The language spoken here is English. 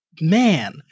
man